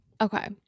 okay